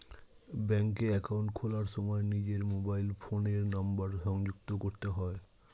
ব্যাঙ্কে অ্যাকাউন্ট খোলার সময় নিজের মোবাইল ফোনের নাম্বার সংযুক্ত করতে হয়